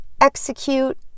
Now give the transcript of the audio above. execute